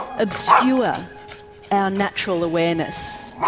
obscure our natural awareness,